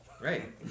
Right